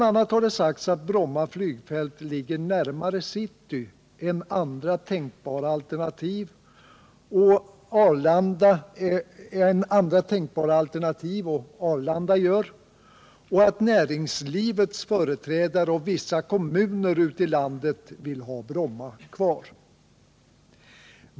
a. har det sagts att Bromma flygfält ligger närmare city än vad andra tänkbara alternativ och vad Arlanda gör, och att näringslivets företrädare och vissa kommuner ute i landet vill ha Bromma kvar.